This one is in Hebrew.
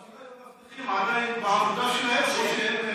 השאלה היא אם המאבטחים עדיין בעבודה שלהם או שהם,